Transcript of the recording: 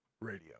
Radio